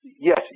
Yes